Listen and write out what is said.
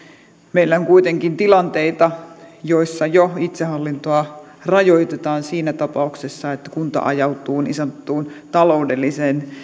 meillä on kuitenkin tilanteita joissa itsehallintoa jo rajoitetaan siinä tapauksessa että kunta ajautuu niin sanottuun taloudelliseen